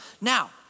Now